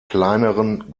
kleineren